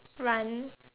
run